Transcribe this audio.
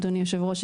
אדוני היושב-ראש,